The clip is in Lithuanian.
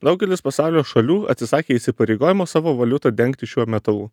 daugelis pasaulio šalių atsisakė įsipareigojimo savo valiutą dengti šiuo metalu